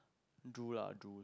do lah do